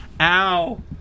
Ow